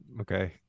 okay